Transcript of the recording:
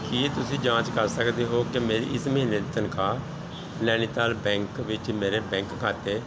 ਕੀ ਤੁਸੀਂਂ ਜਾਂਚ ਕਰ ਸਕਦੇ ਹੋ ਕਿ ਮੇਰੀ ਇਸ ਮਹੀਨੇ ਦੀ ਤਨਖਾਹ ਨੈਨੀਤਾਲ ਬੈਂਕ ਵਿੱਚ ਮੇਰੇ ਬੈਂਕ ਖਾਤੇ